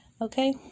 Okay